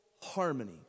harmony